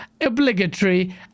obligatory